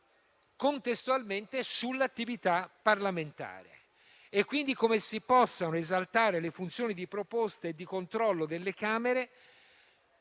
contestualmente, sull'attività parlamentare e, quindi, come si possano esaltare le funzioni di proposta e di controllo delle Camere